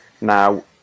Now